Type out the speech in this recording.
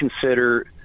consider